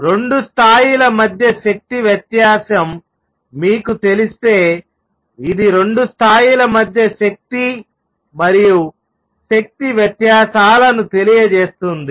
2 స్థాయిల మధ్య శక్తి వ్యత్యాసం మీకు తెలిస్తే ఇది 2 స్థాయిల మధ్య శక్తి మరియు శక్తి వ్యత్యాసాలను తెలియజేస్తుంది